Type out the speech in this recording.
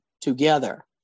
together